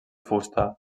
fusta